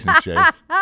Chase